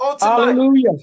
Hallelujah